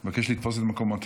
אני מבקש לתפוס את מקומותיכם.